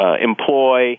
employ